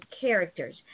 characters